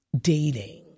dating